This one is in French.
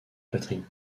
patrick